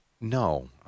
No